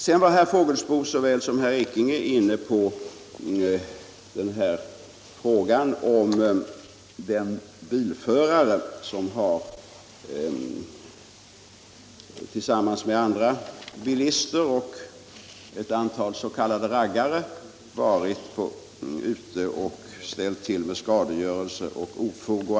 Såväl herr Fågelsbo som herr Ekinge var inne på frågan om den bilförare som tillsammans med andra bilister och ett antal s.k. raggare har varit ute och ställt till med skadegörelse och